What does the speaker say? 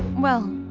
well,